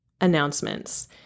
announcements